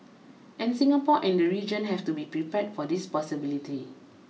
and Singapore and the region have to be prepared for this possibility